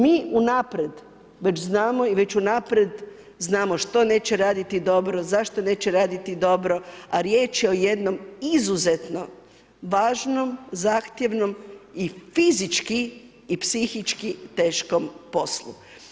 Mi unaprijed već znamo i već unaprijed znamo što neće raditi dobro, zašto neće raditi dobro, a riječ je o jednom izuzetno važnom, zahtjevnom i fizički i psihički teškom poslu.